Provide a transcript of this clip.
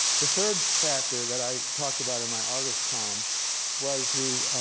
the third factor that i talked about in my august column was the